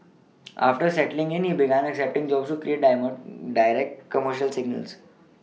after settling in he began accepting jobs to direct commercials